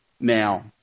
now